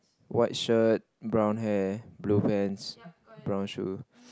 white shirt brown hair blue pants brown shoe